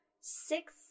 six